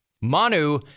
Manu